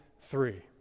Three